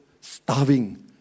starving